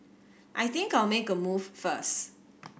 I think I'll make a move first